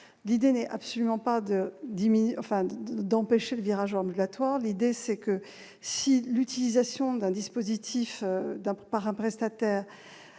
L'idée n'est absolument pas d'empêcher le virage ambulatoire. Il s'agit, dans l'hypothèse où l'utilisation d'un dispositif par un prestataire